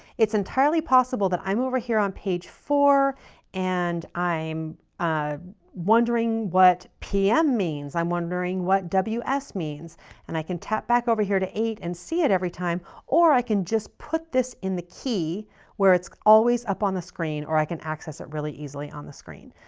it's entirely possible that i'm over here on page four and i'm wondering what pm means. i'm wondering what ws means and i can tap back over here to eight and see it every time or i can just put this in the key where it's always up on the screen or i can access it really easily on the screen.